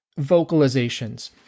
Vocalizations